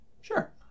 Sure